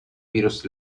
virus